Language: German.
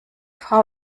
frau